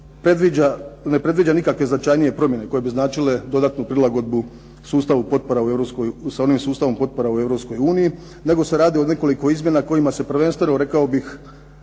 ne predviđa nikakve značajnije promjene koje bi značile dodatnu prilagodbu sustavu potpora, sa onim sustavom potpora u Europskoj uniji, nego se radi o nekoliko izmjena kojima se prvenstveno rekao bih